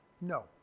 No